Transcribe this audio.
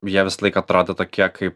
jie visąlaik atrodo tokie kaip